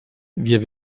wir